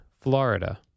Florida